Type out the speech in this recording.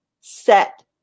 set